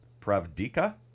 Pravdika